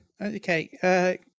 Okay